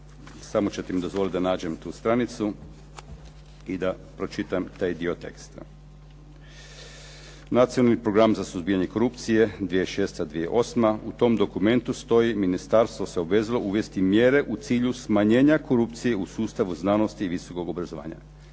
Samo ćete mi dozvoliti da nađem tu stranicu i da pročitam taj dio teksta. Nacionalni program za suzbijanje korupcije 2006./ 2008., u tom dokumentu stoji: "Ministarstvo se obavezalo uvesti mjere u cilju smanjenja korupcije u sustavu znanosti i visokog obrazovanja."